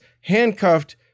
handcuffed